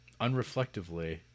unreflectively